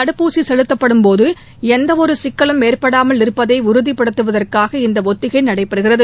தடுப்பூசி செலுத்தப்படும்போது எந்தவொரு சிக்கலும் ஏற்படாமல் இருப்பதை உறுதிபடுத்துவதற்காக இந்த ஒத்திகை நடைபெறுகிறது